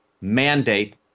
mandate